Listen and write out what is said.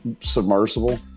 submersible